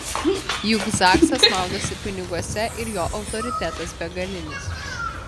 juk zaksas maudosi piniguose ir jo autoritetas begalinis